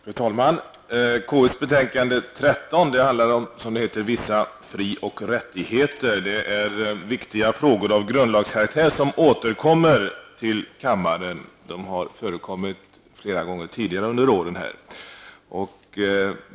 Fru talman! KUs betänkande nr 13 om vissa frioch rättigheter behandlar viktiga frågor av grundlagskaraktär. De återkommer nu till kammaren. De har nämligen förekommit flera gånger tidigare under åren.